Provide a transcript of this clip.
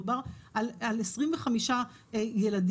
מדובר על 25 ילדים